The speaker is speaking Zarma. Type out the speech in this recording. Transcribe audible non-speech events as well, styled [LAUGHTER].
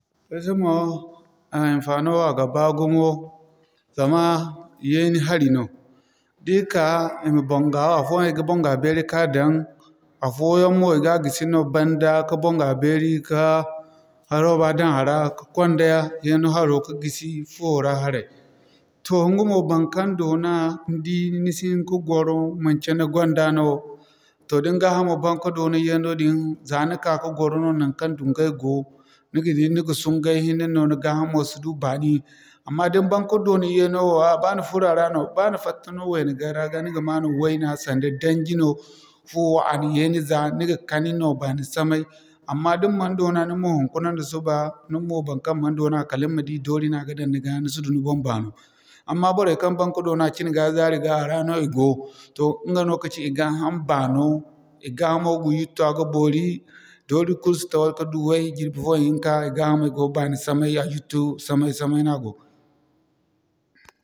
Esi mo, a hinfaano a ga baa gumo zamaa yeeni hari no. Di ka, [UNINTELLIGIBLE] afooyaŋ i ga boŋga beeri ka daŋ afooyaŋ mo i ga gisi no banda ka bonŋga beeri kaa roba daŋ a ra ka konda yeeni haro ka gisi fuwo ra harai. Toh ɲga mo baŋkaŋ doona ni di ni si hiŋ ka gwaro manci ni gonda no. Din gaa hamo ban ka doona yeeno dini za ni ka ka gwaro no naŋkaŋ duŋgay go ni ga di ni ga suŋgay hinne no ni gaahamo si du baani. Amma din baŋ ka doona yeeno wo a'a ba ni furo a ra no, ba ni fatta no wayna-garra ga ni ga ma no wayna sanda daŋji no, fuwo a na yeeni za. Ni ga kani no baani samay amma din man doona ni mo hiŋkuna nda suba, ni mo baŋkaŋ man doona kala ni ma di doori na ga daŋ ni ga ni si du ni boŋ baano. Amma borey kaŋ baŋ ka doona cin ga zaari ga a ra no i go toh iŋga no kaci i gaa ham baano. I gaa hamo ga yuttu a ga boori, doori kul si tara ka duway jirbi fo i hiŋka i gaa hamay go baani samay a yuttu samay-samay no a go.